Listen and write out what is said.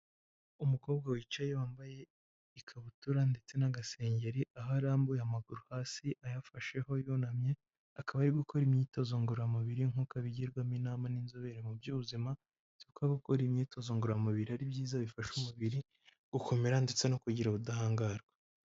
Umukobwa wicaye wambaye ikabutura ndetse n'agasengeri, aho arambuye amaguru hasi ayafasheho yunamye, akaba ari gukora imyitozo ngororamubiri nk'uko abigirwamo inama n'inzobere mu by'ubuzima, bazi ko gukora imyitozo ngororamubiri ari byiza bifasha umubiri gukomera, ndetse no kugira ubudahangarwa.